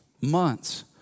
months